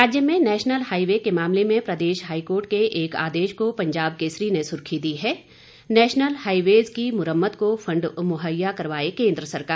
राज्य में national highway के मामले में प्रदेश हाईकोर्ट के एक आदेश को पंजाब केसरी ने सुर्खी दी है नेशनल हाईवेज की मुरम्मत को फंड मुहैया करवाए केंद्र सरकार